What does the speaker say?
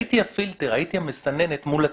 הייתי הפילטר והמסננת מול הציבור.